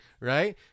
right